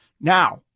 Now